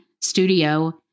studio